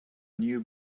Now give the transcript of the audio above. new